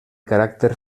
caràcter